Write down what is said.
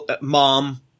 mom